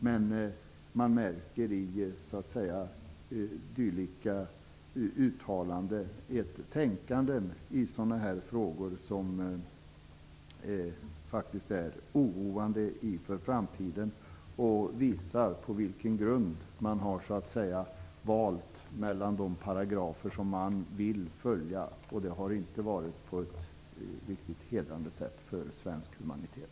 Men man märker i dylika uttalanden ett tänkande i sådana här frågor som faktiskt är oroande inför framtiden och visar på vilken grund man så att säga har valt mellan de paragrafer som man vill följa, och det har inte varit på ett riktigt hedrande sätt för svensk humanitet.